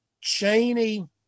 Cheney